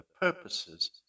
purposes